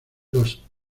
los